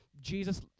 Jesus